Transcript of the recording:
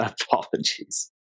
apologies